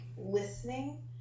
listening